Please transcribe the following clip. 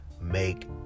make